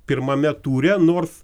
pirmame ture nors